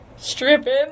Stripping